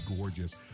gorgeous